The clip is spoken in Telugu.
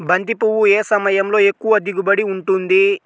బంతి పువ్వు ఏ సమయంలో ఎక్కువ దిగుబడి ఉంటుంది?